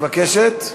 מבקשת?